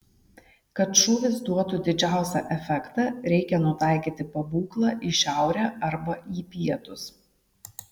kad šūvis duotų didžiausią efektą reikia nutaikyti pabūklą į šiaurę arba į pietus